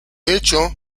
hecho